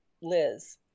Liz